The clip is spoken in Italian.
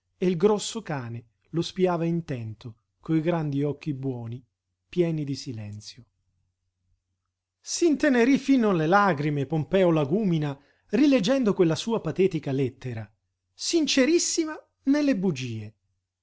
e il grosso cane lo spiava intento coi grandi occhi buoni pieni di silenzio s'intenerí fino alle lagrime pompeo lagúmina rileggendo quella sua patetica lettera sincerissima nelle bugie